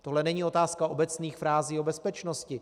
Tohle není otázka obecných frází o bezpečnosti.